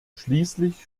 schließlich